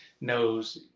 knows